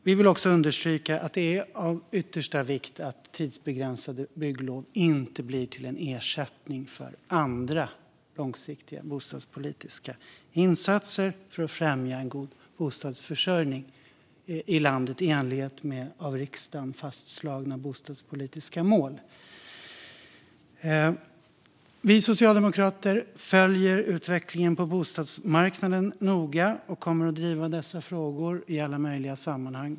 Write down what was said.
Vi vill också understryka att det är av yttersta vikt att tidsbegränsade bygglov inte blir en ersättning för andra långsiktiga bostadspolitiska insatser för att främja en god bostadsförsörjning i landet i enlighet med av riksdagen fastslagna bostadspolitiska mål. Vi socialdemokrater följer utvecklingen på bostadsmarknaden noga och kommer att driva dessa frågor i alla möjliga sammanhang.